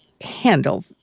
handle